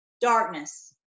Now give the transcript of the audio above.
darkness